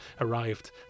arrived